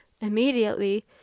Immediately